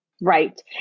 Right